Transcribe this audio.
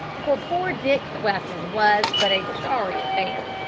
for poor dick's weapon was but a sorry affair.